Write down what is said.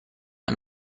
and